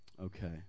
okay